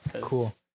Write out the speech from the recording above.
cool